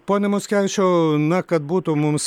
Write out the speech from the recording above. pone mockevičiau na kad būtų mums